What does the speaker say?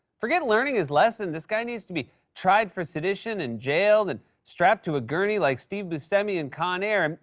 forget learning his lessons. this guy needs to be tried for sedition and jailed, and strapped to a gurney like steve buscemi in con air. um